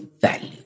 value